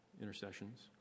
intercessions